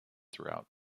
throughout